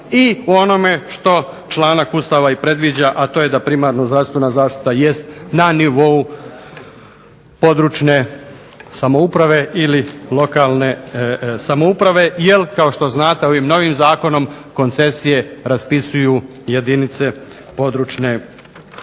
i u onom što članak Ustava i predviđa, a to je da primarna zdravstvena zaštita jest na nivou područne samouprave ili lokalne samouprave. Jel kao što znate ovim novim zakonom koncesije raspisuju jedinice područne uprave.